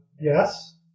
Yes